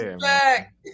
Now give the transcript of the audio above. back